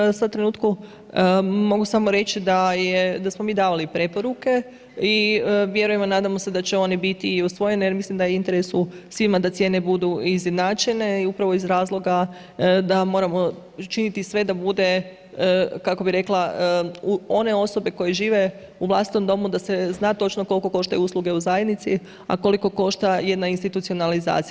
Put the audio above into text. Pa u ovom sad trenutku mogu samo reći da smo mi davali preporuke i vjerujemo i nadamo se da će oni biti i usvojene jer mislim da je u interesu svima da cijene budu izjednačene i u pravo iz razloga da moramo činiti sve da bude, kako bi rekla, one osobe koje žive u vlastitom domu da se zna točno koliko koštaju usluge u zajednici a koliko košta jedna institucionalizacija.